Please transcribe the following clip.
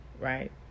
right